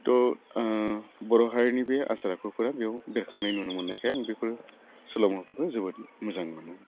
थह बर' हारिनि बे आसार आखुफोरा बेयाव बेरखांनाय नुनो मोन्नायखाय आं बेफोर सल'माफोरखौ जोबोद मोजां मोनो